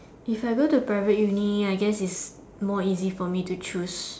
if I go to private uni I guess it's more easy for me to choose